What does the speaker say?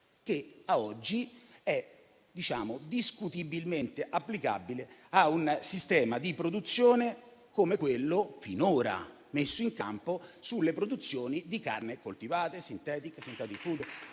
che oggi è discutibilmente applicabile a un sistema di produzione come quello finora messo in campo sulle produzioni di carni coltivate, o sintetiche,